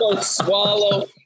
swallow